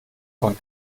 von